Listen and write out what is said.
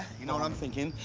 you know what i am thinking,